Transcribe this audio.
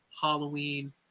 Halloween